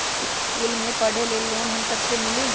इश्कुल मे पढे ले लोन हम सब के मिली?